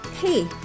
Hey